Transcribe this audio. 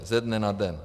Ze dne na den.